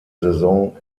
saison